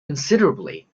considerably